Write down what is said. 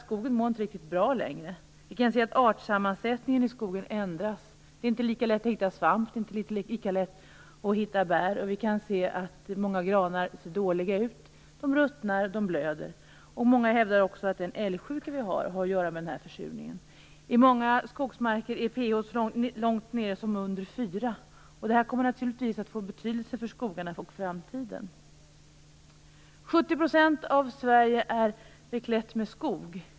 Skogen mår inte riktigt bra längre. Artsammansättningen i skogen ändras. Det är inte lika lätt att hitta svamp. Det är inte lika lätt att hitta bär. Många granar ser dåliga ut. De ruttnar, och de blöder. Många hävdar också att älgsjukan har att göra med den här försurningen. I många skogsmarker är pH så lågt som under 4. Det kommer naturligtvis att få betydelse för skogarna i framtiden. 70 % av Sverige är beklätt med skog.